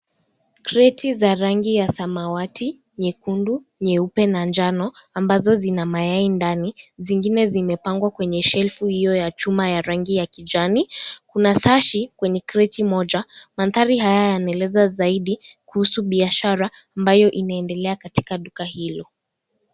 Kreti za rangi ya samawati, nyekundu, nyeupe na njano ambazo zina mayai ndani, zingine zimepangwa kwenye shelfu hiyo ya chuma ya rangi ya kijani. Kuna sashi kwenye kreti moja, manthari haya yanaeleza zaidi kuhusu biashara ambayo inaendelea katika duka hilo.